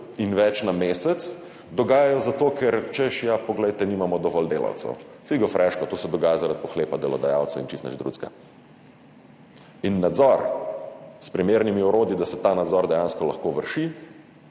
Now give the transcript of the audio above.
in več na mesec, dogajajo zato, ker češ, poglejte, nimamo dovolj delavcev. Figo freško, to se dogaja zaradi pohlepa delodajalcev in čisto nič drugega. Nadzor s primernimi orodji, da se ta nadzor dejansko lahko vrši,